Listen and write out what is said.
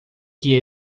que